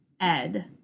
Ed